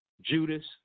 Judas